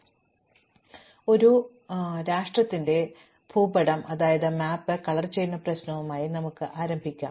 അതിനാൽ ഒരു രാഷ്ട്രീയ ഭൂപടം കളർ ചെയ്യുന്ന പ്രശ്നവുമായി നമുക്ക് ആരംഭിക്കാം